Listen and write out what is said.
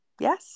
Yes